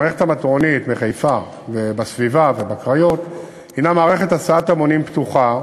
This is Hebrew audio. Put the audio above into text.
מערכת המטרונית בחיפה ובסביבה ובקריות היא מערכת הסעת המונים פתוחה,